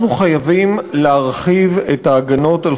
אנחנו חייבים להרחיב את ההגנות על